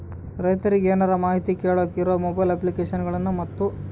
ರೈತರಿಗೆ ಏನರ ಮಾಹಿತಿ ಕೇಳೋಕೆ ಇರೋ ಮೊಬೈಲ್ ಅಪ್ಲಿಕೇಶನ್ ಗಳನ್ನು ಮತ್ತು?